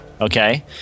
Okay